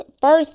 First